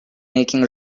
making